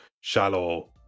shallow